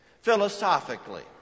philosophically